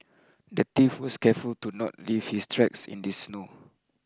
the thief was careful to not leave his tracks in the snow